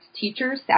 teachers